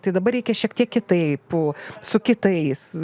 tai dabar reikia šiek tiek kitaip su kitais